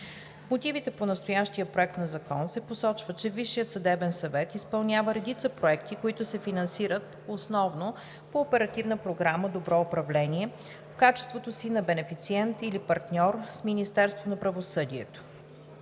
мотивите по настоящия проект на закон се посочва, че Висшият съдебен съвет изпълнява редица проекти, които се финансират основно по Оперативна програма „Добро управление“, в качеството си на бенефициент или партньор с Министерството на правосъдието.